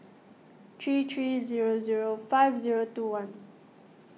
three three zero zero five zero two one